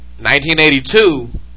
1982